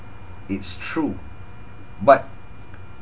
it's true but